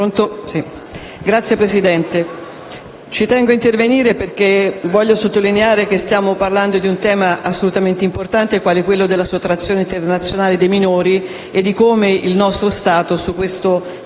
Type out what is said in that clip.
Signora Presidente, ci tengo a intervenire perché voglio sottolineare che stiamo parlando di un tema assolutamente importante quale quello della sottrazione internazionale dei minori e di come il nostro Stato su questo stia